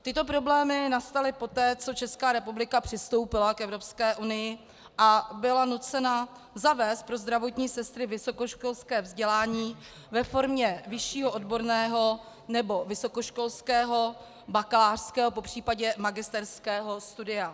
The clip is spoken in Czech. Tyto problémy nastaly poté, co Česká republika přistoupila k Evropské unii a byla nucena zavést pro zdravotní sestry vysokoškolské vzdělání ve formě vyššího odborného nebo vysokoškolského bakalářského, popřípadě magisterského studia.